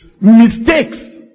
mistakes